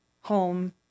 home